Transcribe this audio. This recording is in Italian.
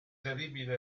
terribile